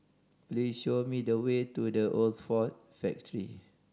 please show me the way to The Old Ford Factory